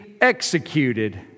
executed